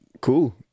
cool